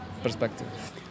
perspective